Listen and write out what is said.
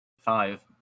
five